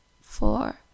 four